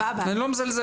אני לא מזלזל